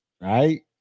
right